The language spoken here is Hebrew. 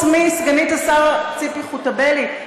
הספסלים כאן ריקים חוץ מסגנית השר ציפי חוטובלי,